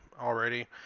already